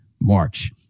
March